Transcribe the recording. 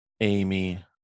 amy